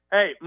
Hey